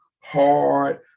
hard